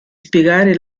spiegare